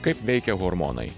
kaip veikia hormonai